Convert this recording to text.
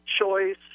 choice